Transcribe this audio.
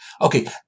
okay